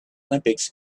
olympics